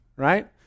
right